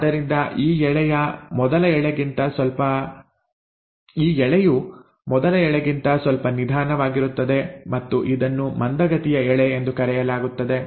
ಆದ್ದರಿಂದ ಈ ಎಳೆಯು ಮೊದಲ ಎಳೆಗಿಂತ ಸ್ವಲ್ಪ ನಿಧಾನವಾಗಿರುತ್ತದೆ ಮತ್ತು ಇದನ್ನು ಮಂದಗತಿಯ ಎಳೆ ಎಂದು ಕರೆಯಲಾಗುತ್ತದೆ